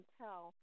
tell